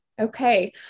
Okay